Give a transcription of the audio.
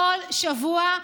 כל שבוע: